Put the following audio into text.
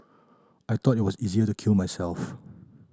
I thought it was easier to kill myself